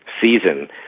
season